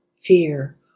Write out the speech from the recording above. fear